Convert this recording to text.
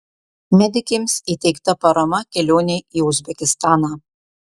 medikėms įteikta parama kelionei į uzbekistaną